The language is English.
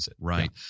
Right